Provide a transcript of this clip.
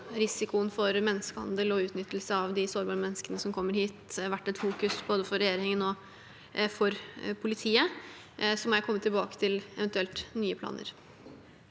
risikoen for menneskehandel og utnyttelse av de sårbare menneskene som kommer hit, vært et fokus, både for regjeringen og for politiet. Så må jeg komme tilbake til eventuelle nye planer.